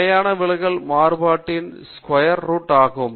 நிலையான விலகல் மாறுபாட்டின் ஸஃவரே ரூட் ஆகும்